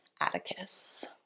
Atticus